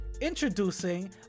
Introducing